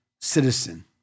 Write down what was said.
citizen